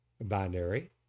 binary